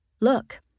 Look